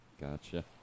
Gotcha